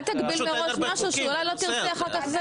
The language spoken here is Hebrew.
אל תגביל מראש משהו שאולי לא תרצה אחר כך,